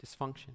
dysfunction